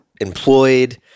employed